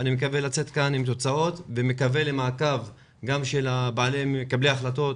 אני מקווה לצאת מכאן עם תוצאות ומקווה למעקב גם של מקבלי ההחלטות,